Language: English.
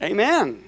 Amen